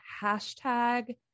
hashtag